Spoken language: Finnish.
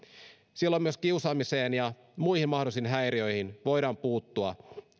silloin myös kiusaamiseen ja muihin mahdollisiin häiriöihin voidaan puuttua